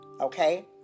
okay